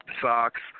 socks